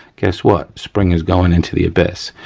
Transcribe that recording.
guess what, spring is going into the abyss.